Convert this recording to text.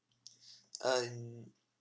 uh